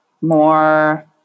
more